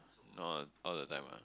not all all the time ah